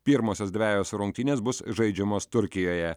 pirmosios dvejos rungtynės bus žaidžiamos turkijoje